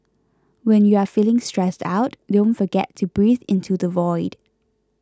when you are feeling stressed out don't forget to breathe into the void